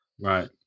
Right